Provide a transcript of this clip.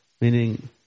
Meaning